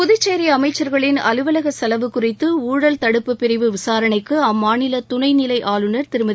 புதுச்சேரி அமைச்சர்களின் அலுவலக செலவு குறித்து ஊழல் தடுப்புப் பிரிவு விசாரணைக்கு அம்மாநில துணை நிலை ஆளுநர் திருமதி